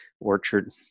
orchard